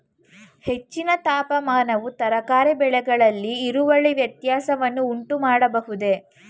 ಹೆಚ್ಚಿನ ತಾಪಮಾನವು ತರಕಾರಿ ಬೆಳೆಗಳಲ್ಲಿ ಇಳುವರಿ ವ್ಯತ್ಯಾಸವನ್ನು ಉಂಟುಮಾಡಬಹುದೇ?